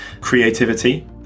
Creativity